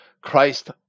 Christ